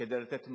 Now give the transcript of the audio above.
כדי לתת מענה.